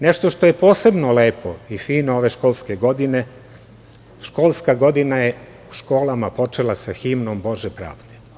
Nešto što je posebno lepo i fino, ove školske godine školska godina je u školama počela sa Himnom „Bože pravde“